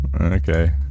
okay